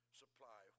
supply